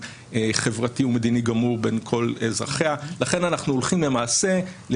חברתי ומדיני גמור בין כל אזרחיה ולכן אנחנו למעשה הולכים